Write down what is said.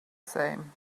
same